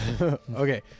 okay